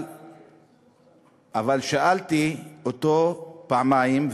אבל שאלתי אותו פעמיים,